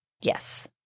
Yes